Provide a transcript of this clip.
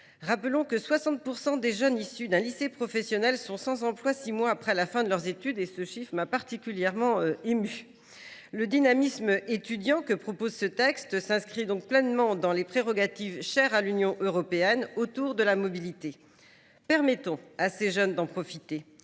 Rappelons que 60 % des jeunes issus d’un lycée professionnel sont sans emploi six mois après la fin de leurs études. Ce chiffre m’a particulièrement émue. Le dynamisme étudiant que propose ce texte répond pleinement aux prérogatives chères à l’Union européenne, autour de la mobilité. Permettons à ces jeunes d’en profiter